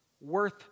worth